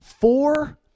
four